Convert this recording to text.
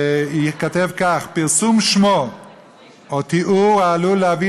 שייכתב כך: "פרסום שמו או תיאור העלול להביא